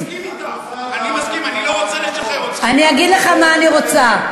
ואני אומרת לך,